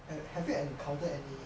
have have you encounter any